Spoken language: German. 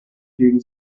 gegen